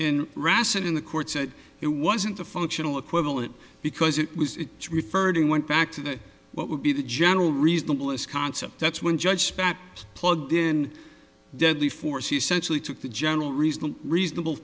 and in the court said it wasn't a functional equivalent because it was it referred and went back to what would be the general reasonable this concept that's when judge spat plugged in deadly force essentially took the general reason